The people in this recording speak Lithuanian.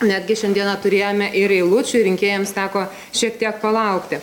netgi šiandieną turėjome ir eilučių rinkėjams teko šiek tiek palaukti